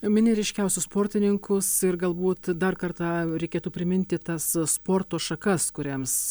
mini ryškiausius sportininkus ir galbūt dar kartą reikėtų priminti tas sporto šakas kuriams